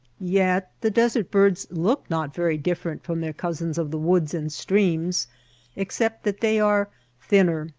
yet the desert-birds look not very different from their cousins of the woods and streams except that they are thinner,